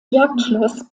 jagdschloss